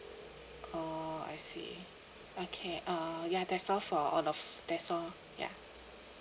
oh I see okay uh ya that's all for all of that's all ya